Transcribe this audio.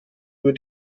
nur